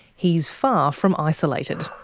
he's far from isolated.